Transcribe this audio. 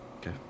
Okay